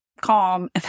calm